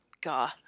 God